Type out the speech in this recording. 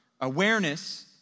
awareness